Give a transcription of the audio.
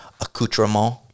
accoutrement